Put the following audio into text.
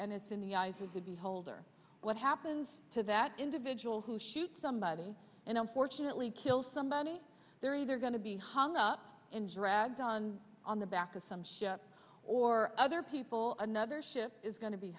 and it's in the eyes of the beholder what happens to that individual who shoot somebody and unfortunately kill somebody they're either going to be hung up and read on on the back of some ship or other people another ship is going to be